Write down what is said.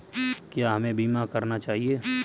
क्या हमें बीमा करना चाहिए?